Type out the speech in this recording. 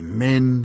Amen